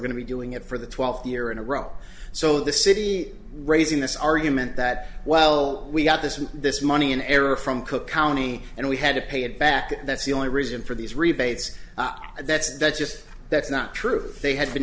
going to be doing it for the twelfth year in a row so the city raising this argument that well we got this and this money in error from cook county and we had to pay it back that's the only reason for these rebates and that's that's just that's not true they had been